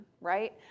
right